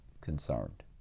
concerned